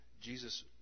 Jesus